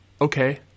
okay